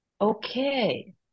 okay